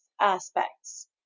aspects